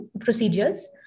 procedures